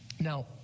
Now